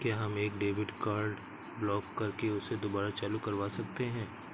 क्या हम एक डेबिट कार्ड ब्लॉक करके उसे दुबारा चालू करवा सकते हैं?